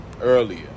earlier